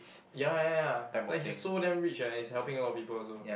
ya ya ya like he's so damn rich eh and he's helping a lot of people also